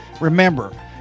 Remember